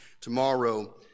tomorrow